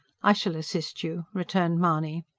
i shall assist you, returned mahony.